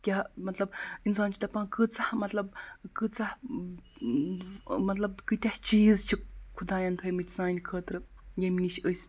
کیاہ مطلب اِنسان چھُ دَپان کۭژاہ مطلب کۭژاہ مطلب کۭتیٛاہ چیٖز چھِ خۄدایَن تھٲیمٕتۍ سانہِ خٲطرٕ ییٚمہِ نِش أسۍ